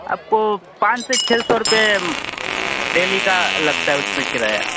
आपको पाँच से छः सौ रुपये डेली का लगता है उसमें किराया